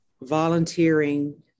volunteering